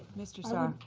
mr. saar.